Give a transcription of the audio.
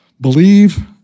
believe